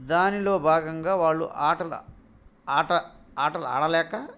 దానిలో భాగంగా వాళ్ళు ఆటల ఆట ఆటలు ఆడలేక